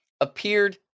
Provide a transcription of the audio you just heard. appeared